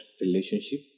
relationship